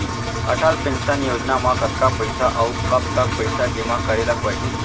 Atal pension Yojana म कतका पइसा, अऊ कब तक पइसा जेमा करे ल परही?